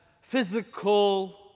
physical